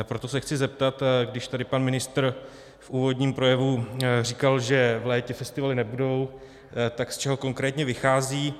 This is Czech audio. Proto se chci zeptat, když tady pan ministr v úvodním projevu říkal, že v létě festivaly nebudou, z čeho konkrétně vychází.